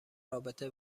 رابطه